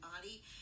body